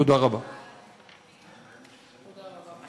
תודה רבה.